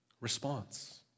Response